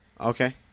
okay